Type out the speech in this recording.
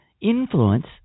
influence